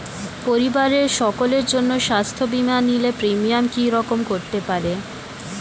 পরিবারের সকলের জন্য স্বাস্থ্য বীমা নিলে প্রিমিয়াম কি রকম করতে পারে?